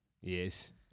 Yes